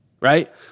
right